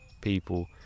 people